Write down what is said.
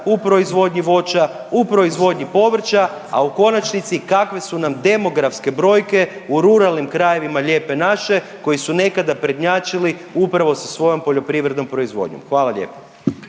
u proizvodnji voća, u proizvodnji povrća, a u konačnici kakve su nam demografske brojke u ruralnim krajevima lijepe naše koji su nekada prednjačili upravo sa svojom poljoprivrednom proizvodnjom. Hvala lijepa.